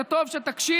זה טוב שתקשיב,